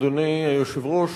אדוני היושב-ראש,